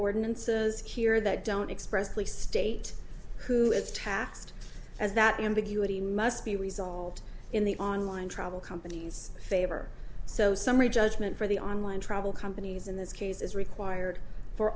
ordinances here that don't express please state who is taxed as that ambiguity must be resolved in the online travel companies favor so summary judgment for the online travel companies in this case is required for